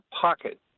pocket